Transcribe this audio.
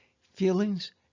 feelings